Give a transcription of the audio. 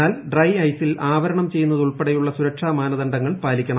എന്നാൽ ഡ്രൈ ഐസിൽ ആവരണം ചെയ്യുന്നതുൾപ്പെടെയുള്ള സുരക്ഷാ മാനദണ്ഡങ്ങൾ പാലിക്കണം